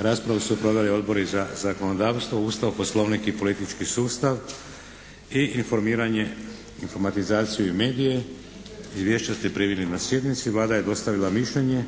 Raspravu su proveli Odbori za zakonodavstvo, Ustav, Poslovnik i politički sustav i informiranje, informatizaciju i medije. Izvješća ste primili na sjednici. Vlada je dostavila mišljenje.